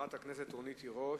חברת הכנסת רונית תירוש,